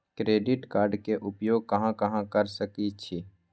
Credit card के उपयोग कहां कहां कर सकईछी?